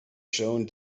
shown